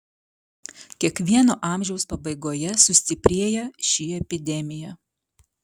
kiekvieno amžiaus pabaigoje sustiprėja ši epidemija